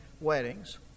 weddings